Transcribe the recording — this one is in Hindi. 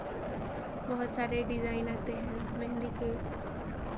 बहुत सारे डिज़ाइन आते हैं मेहंदी के